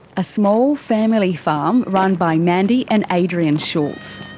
a small family farm run by mandy and adrian schultz.